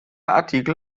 artikel